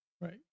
Right